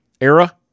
era